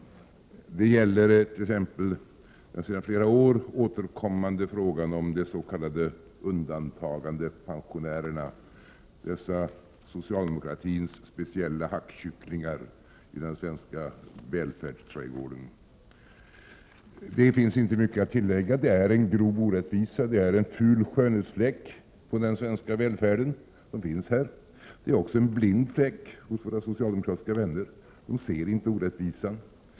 Det gäller t.ex. den sedan flera år återkommande frågan om de s.k. undantagandepensionärerna, dessa socialdemokratins speciella hackkycklingar i den svenska välfärdsträdgården. Det finns inte mycket att tillägga i den frågan. Det är en grov orättvisa och en ful skönhetsfläck på den svenska välfärden. Det är också en blind fläck hos våra socialdemokratiska vänner, för de ser inte orättvisan.